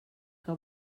que